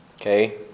Okay